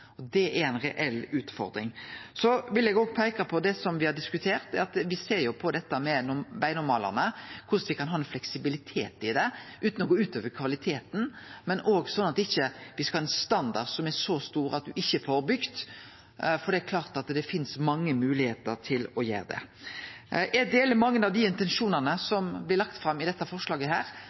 Det er ei reell utfordring. Så vil eg òg peike på det som me har diskutert, at me ser på dette med vegnormalane, korleis me kan ha fleksibilitet i det utan at det går ut over kvaliteten, men òg slik at me ikkje skal ha ein standard som er så høg at me ikkje får bygd, for det er klart at det finst mange moglegheiter til å gjere det. Eg deler mange av dei intensjonane som blir lagde fram i dette forslaget.